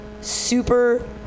super